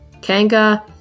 Kanga